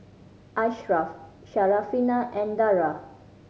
Ashraf Syarafina and Dara